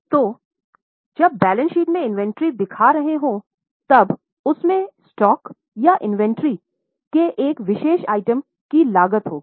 तो जब balance sheet में इन्वेंट्री दिखा रहें हों तब उस में स्टॉक या इन्वेंट्री के एक विशेष आइटम की लागत होगी